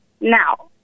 Now